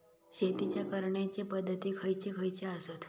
शेतीच्या करण्याचे पध्दती खैचे खैचे आसत?